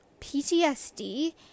PTSD